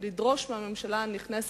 לדרוש מהממשלה הנכנסת,